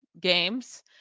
games